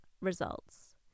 results